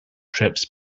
trips